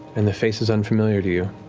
and the face is unfamiliar to you.